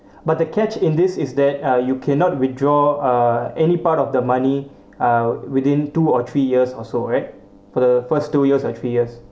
but the catch in this is that uh you cannot withdraw uh any part of the money uh within two or three years also right for the first two years or three years